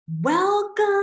Welcome